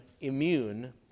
immune